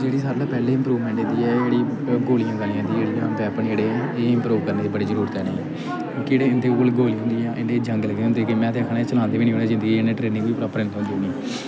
जेह्ड़ी सारें कोला पैह्लें इंप्रूवमैंट इं'दी ऐ एह् जेह्ड़ी गोलियां गालियां इं'दियां जेह्ड़ियां बैपन जेह्ड़े एह् इंप्रूव करने दी बड़ी जरूरत ऐ इ'नें गी केह्ड़े इं'दे कोल गोलियां होंदियां इं'दे च जंग लग्गे दे होंदे के में ते आखना एह् चलांदे बी निं होने जिन्दगी च इ'नें गी ट्रेनिंग बी प्रापर हैन्नी थ्होंदी होनी